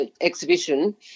exhibition